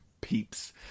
peeps